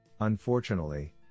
Unfortunately